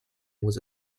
was